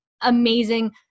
amazing